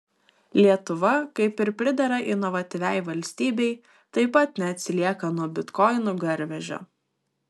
lietuva kaip ir pridera inovatyviai valstybei taip pat neatsilieka nuo bitkoinų garvežio